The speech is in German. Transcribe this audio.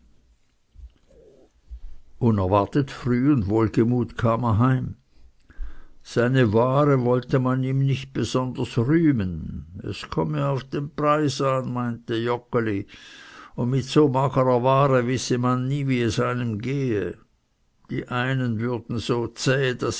unerwartet früh und wohlgemut kam er heim seine ware wollte man ihm nicht besonders rühmen es komme auf den preis an meinte joggeli und mit so magerer ware wisse man nie wie es einem gehe die einen würden so zäh